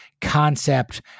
concept